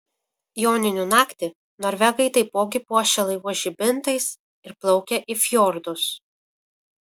joninių naktį norvegai taipogi puošia laivus žibintais ir plaukia į fjordus